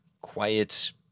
quiet